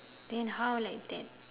then how like that